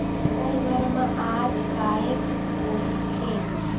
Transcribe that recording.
हर घर म आज गाय पोसथे